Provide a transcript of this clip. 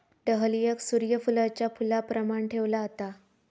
डहलियाक सूर्य फुलाच्या फुलाप्रमाण ठेवला जाता